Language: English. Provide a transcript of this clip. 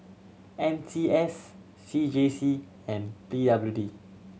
N C S C J C and P W D